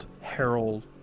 Harold